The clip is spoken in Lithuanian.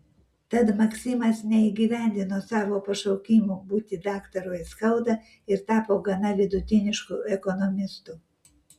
tad maksimas neįgyvendino savo pašaukimo būti daktaru aiskauda ir tapo gana vidutinišku ekonomistu